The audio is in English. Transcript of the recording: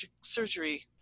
surgery